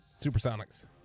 Supersonics